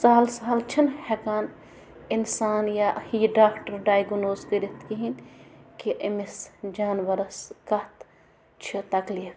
سہل سہل چھِنہٕ ہٮ۪کان اِنسان یا یہِ ڈاکَٹر ڈایگٕنوز کٔرِتھ کِہیٖنۍ کہِ أمِس جانوَرَس کَتھ چھِ تکلیٖف